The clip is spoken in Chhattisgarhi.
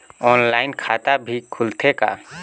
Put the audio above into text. ऑनलाइन खाता भी खुलथे का?